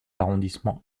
arrondissements